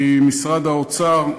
ממשרד האוצר,